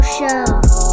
Show